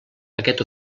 paquet